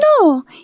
No